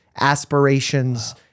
aspirations